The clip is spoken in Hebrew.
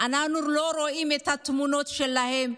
הישראלית אנחנו לא רואים את התמונות שלהם.